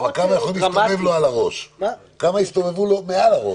אבל כמה יסתובבו לו מעל הראש?